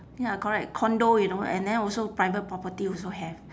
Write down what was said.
ya correct condo you know and then also private property also have